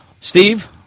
Steve